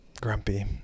Grumpy